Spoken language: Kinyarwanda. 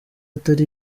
atari